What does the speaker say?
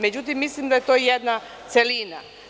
Međutim, mislim da je to jedna celina.